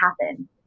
happen